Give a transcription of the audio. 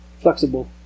flexible